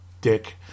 dick